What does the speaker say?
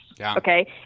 Okay